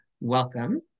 welcome